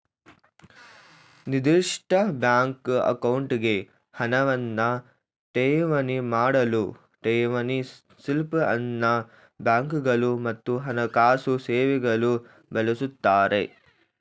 ನಿರ್ದಿಷ್ಟ ಬ್ಯಾಂಕ್ ಅಕೌಂಟ್ಗೆ ಹಣವನ್ನ ಠೇವಣಿ ಮಾಡಲು ಠೇವಣಿ ಸ್ಲಿಪ್ ಅನ್ನ ಬ್ಯಾಂಕ್ಗಳು ಮತ್ತು ಹಣಕಾಸು ಸೇವೆಗಳು ಬಳಸುತ್ತಾರೆ